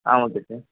ah okay sir